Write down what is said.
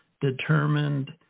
determined